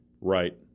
Right